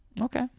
Okay